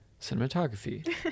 cinematography